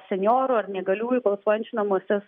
senjorų ar neįgaliųjų balsuojančių namuose